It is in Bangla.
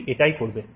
এটি এই করবে